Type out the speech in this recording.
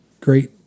great